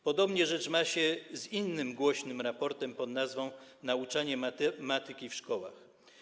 Podobnie rzecz ma się z innym głośnym raportem pod nazwą: Nauczanie matematyki w szkołach.